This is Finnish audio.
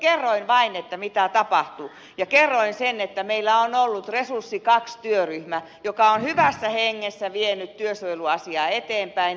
kerroin vain mitä tapahtui ja kerroin sen että meillä on ollut resurssi ii työryhmä joka on hyvässä hengessä vienyt työsuojeluasiaa eteenpäin